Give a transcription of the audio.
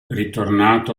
ritornato